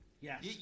Yes